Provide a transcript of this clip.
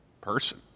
person